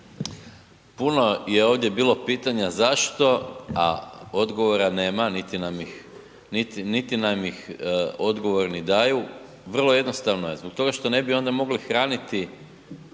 Puno je ovdje bilo pitanja zašto, a odgovora nema, niti nam ih odgovorni daju. Vrlo jednostavno je, zbog toga što ne bi onda mogli hraniti